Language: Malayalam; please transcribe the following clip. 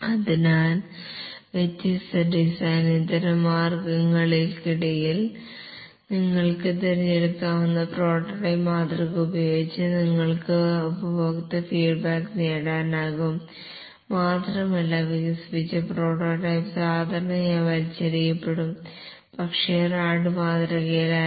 അതിനാൽ വ്യത്യസ്ത ഡിസൈൻ ഇതരമാർഗ്ഗങ്ങൾക്കിടയിൽ നിങ്ങൾക്ക് തിരഞ്ഞെടുക്കാവുന്ന പ്രോട്ടോടൈപ്പിംഗ് മാതൃക ഉപയോഗിച്ച് നിങ്ങൾക്ക് ഉപഭോക്തൃ ഫീഡ്ബാക്ക് നേടാനാകും മാത്രമല്ല വികസിപ്പിച്ച പ്രോട്ടോടൈപ്പ് സാധാരണയായി വലിച്ചെറിയപ്പെടും പക്ഷേ റാഡ്മാതൃകയിൽ അല്ല